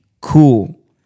cool